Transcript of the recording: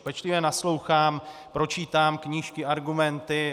Pečlivě naslouchám, pročítám knížky, argumenty.